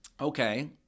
Okay